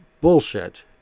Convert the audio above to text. bullshit